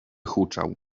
huczał